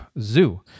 zoo